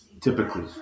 Typically